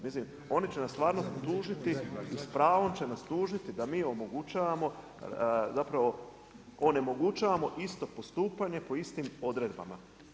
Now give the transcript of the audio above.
Mislim oni će nas stvarno tužiti i s pravom će nas tužiti da mi omogućavamo, zapravo onemogućavamo isto postupanje po istim odredbama.